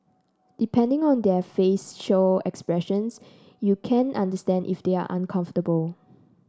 depending on their facial expressions you can understand if they are uncomfortable